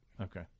Okay